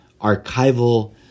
archival